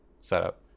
setup